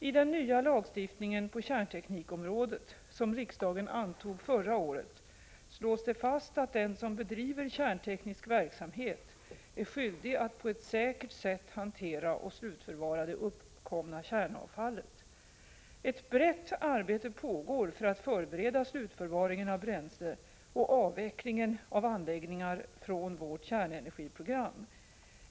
I den nya lagstiftningen på kärnteknikområdet, som riksdagen antog förra året, slås det fast att den som bedriver kärnteknisk verksamhet är skyldig att på ett säkert sätt hantera och slutförvara det uppkomna kärnavfallet. Ett brett arbete pågår för att förbereda slutförvaringen av bränsle och avvecklingen av anläggningar från vårt kärnenergiprogram.